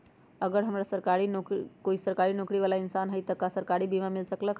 अगर हमरा परिवार में कोई सरकारी नौकरी बाला इंसान हई त हमरा सरकारी बीमा मिल सकलई ह?